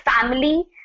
family